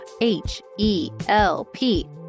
H-E-L-P